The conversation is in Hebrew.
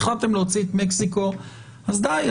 ואם יכולתם להוציא את מקסיקו אז די,